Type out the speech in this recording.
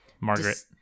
margaret